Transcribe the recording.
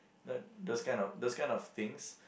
uh those kind of those kind of things